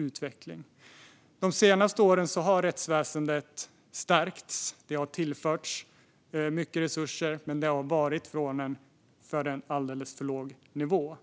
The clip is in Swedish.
Under de senaste åren har rättsväsendet stärkts. Mycket resurser har tillförts, men det har skett från en alldeles för låg nivå.